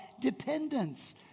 dependence